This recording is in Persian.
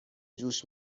جوش